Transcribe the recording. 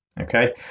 okay